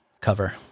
cover